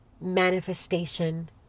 manifestation